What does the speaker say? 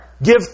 Give